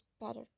better